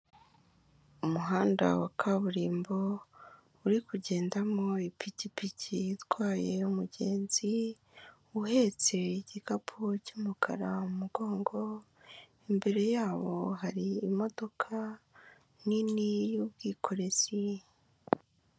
Umuhanda wa kaburimbo uri kugendamo ipikipiki itwaye umugenzi uhetse igikapu cy'umukara mu mugongo, imbere yabo hari imodoka nini y'ubwikorezi.